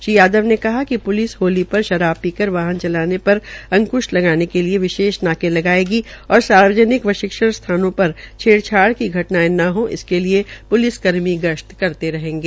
श्री यादव ने कहा कि प्लिस होली पर शराब पीकर वाहन चलाने पर अंक्श लगाने के लिये विशेष नाके लगायेगी और सार्वजनिक व शिक्षण स्थानों पर छेड़छाड़ की घटनाये न हो इसके लिये प्लिसकर्मी गश्त करेंगे